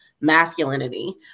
masculinity